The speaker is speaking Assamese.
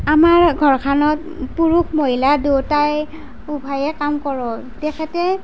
আমাৰ ঘৰখনত পুৰুষ মহিলা দুয়োটাই উভয়েই কাম কৰোঁ তেখেতে